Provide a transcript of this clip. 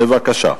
בבקשה.